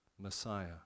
messiah